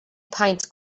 paent